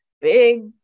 big